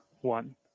one